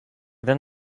then